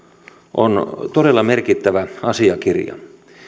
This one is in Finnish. on todella merkittävä asiakirja